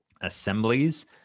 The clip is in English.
assemblies